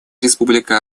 республика